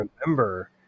remember